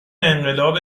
انقلاب